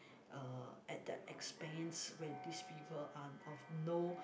uh at the expense where this fever are of no